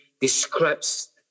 describes